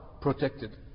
protected